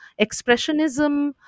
expressionism